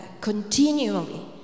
continually